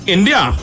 India